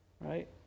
right